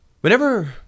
Whenever